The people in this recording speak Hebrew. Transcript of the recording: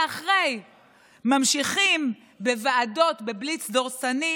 ורגע אחרי ממשיכים בוועדות בבליץ דורסני,